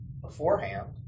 beforehand